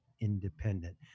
independent